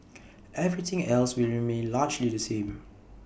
everything else will remain largely the same